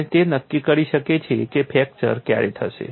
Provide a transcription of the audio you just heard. અને તે નક્કી કરી શકે છે કે ફ્રેક્ચર ક્યારે થશે